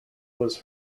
was